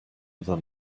than